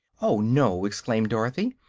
oh, no! exclaimed dorothy.